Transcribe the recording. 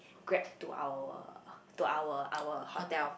Grab to our to our our hotel